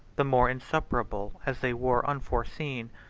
the more insuperable as they were unforeseen,